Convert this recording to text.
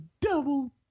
double